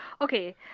Okay